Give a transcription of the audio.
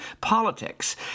politics